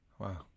Wow